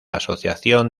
asociación